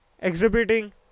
exhibiting